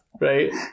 right